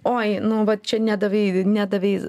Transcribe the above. oi nu vat čia nedavei nedavei